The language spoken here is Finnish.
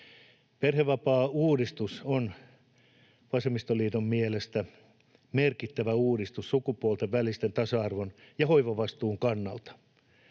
Perhevapaauudistus on vasemmistoliiton mielestä merkittävä uudistus sukupuolten välisen tasa-arvon ja hoivavastuun kannalta.